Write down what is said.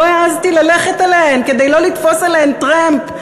לא העזתי ללכת אליהן כדי לא לתפוס עליהם טרמפ,